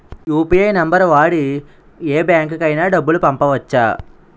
UPI number వాడి యే బ్యాంకుకి అయినా డబ్బులు పంపవచ్చ్చా?